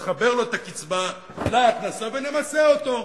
נחבר לו את הקצבה להכנסה ונמסה אותו.